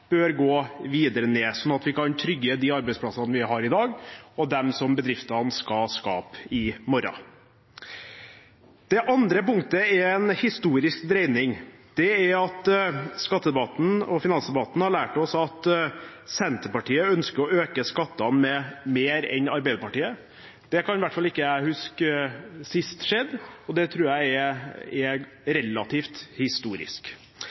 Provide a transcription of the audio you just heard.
bør gå videre ned, slik at vi kan trygge både de arbeidsplassene vi har i dag, og de som bedriftene skal skape i morgen. Det andre punktet er en historisk dreining: Skattedebatten og finansdebatten har lært oss at Senterpartiet ønsker å øke skattene mer enn Arbeiderpartiet. Det kan i hvert fall ikke jeg huske sist skjedde, og det tror jeg er relativt historisk. Det tredje er